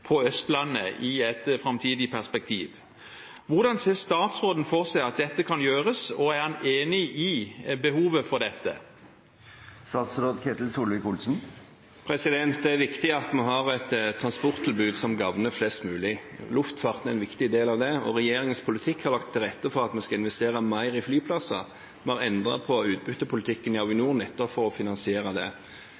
på Østlandet i et framtidig perspektiv. Hvordan ser statsråden for seg at dette kan gjøres? Og: Er han enig i behovet for dette? Det er viktig at vi har et transporttilbud som gagner flest mulig. Luftfarten er en viktig del av det, og regjeringen har med sin politikk lagt til rette for at vi skal investere mer i flyplasser. Vi har endret på utbyttepolitikken i